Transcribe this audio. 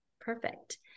Perfect